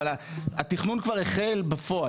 אבל התכנון כבר החל בפועל,